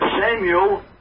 Samuel